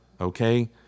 okay